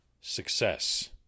success